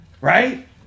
Right